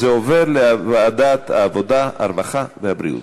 זה עובר לוועדת העבודה, הרווחה והבריאות.